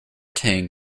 tang